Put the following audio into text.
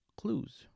clues